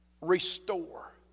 restore